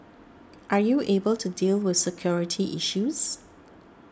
are you able to deal with security issues